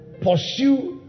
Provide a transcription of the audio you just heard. pursue